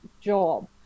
job